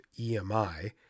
EMI